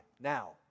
now